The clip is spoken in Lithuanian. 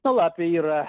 na lapė yra